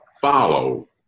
follow